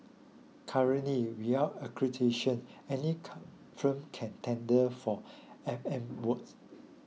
currently without accreditation any firm can tender for F M work